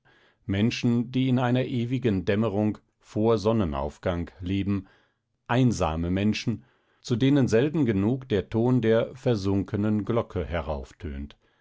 menschen die in einer ewigen dämmerung vor sonnenaufgang leben einsame menschen zu denen selten genug der ton der versunkenen